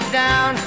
down